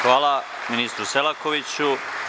Hvala ministru Selakoviću.